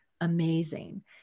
amazing